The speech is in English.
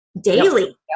daily